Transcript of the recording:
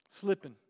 Slipping